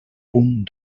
punt